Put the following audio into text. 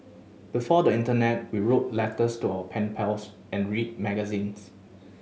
before the internet we wrote letters to our pen pals and read magazines